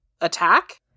attack